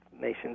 nations